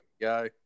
go